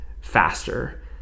faster